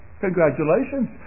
Congratulations